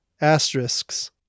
asterisks